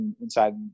inside